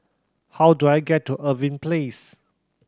how do I get to Irving Place